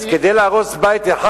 אז כדי להרוס בית אחד,